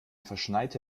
verschneite